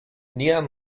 neon